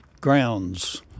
grounds